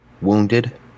wounded